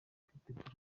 kwitegura